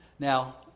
Now